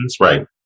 right